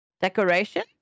Decoration